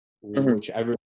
whichever